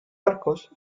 arcos